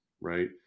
right